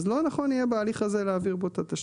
אז לא נכון בהליך הזה להעביר בו את התשתית.